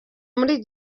muri